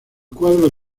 cuadro